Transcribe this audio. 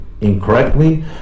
incorrectly